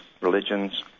religions